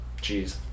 Jeez